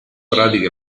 pratica